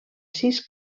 sis